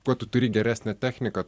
kuo tu turi geresnę techniką